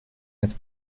متر